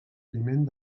climent